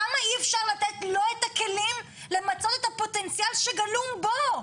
למה אי אפשר לתת לו את הכלים למצות את הפוטנציאל שגלום בו?